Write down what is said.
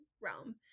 realm